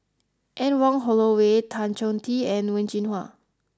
Anne Wong Holloway Tan Choh Tee and Wen Jinhua